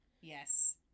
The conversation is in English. Yes